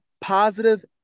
positive